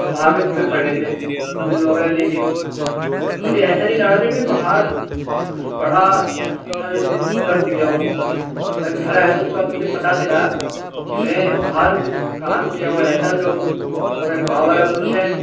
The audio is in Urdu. سواگت میں کھڑے تھے پھول وغیرہ لے کے مجھے ایسا نہیں لگ رہا تھا کہ باہر کچھ بڑھا اچھا سا چیز کر دیا ہوں میں گھر آیا تو اس کے بعد مجھے پتہ چلا کہ میں باہر کچھ کام کیا ہوں ایسا جو پورا گاؤں والا خوش ہے